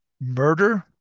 Murder